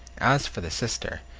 as for the sister,